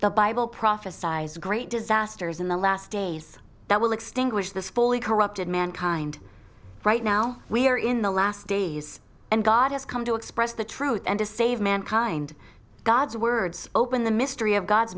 the bible prophesies great disasters in the last days that will extinguish this fully corrupted mankind right now we are in the last days and god has come to express the truth and to save mankind god's words open the mystery of god's